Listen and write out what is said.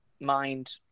mind